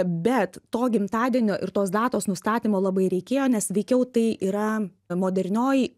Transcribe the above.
bet to gimtadienio ir tos datos nustatymo labai reikėjo nes veikiau tai yra modernioj